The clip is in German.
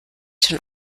schon